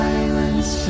Silence